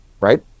right